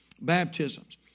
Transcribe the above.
baptisms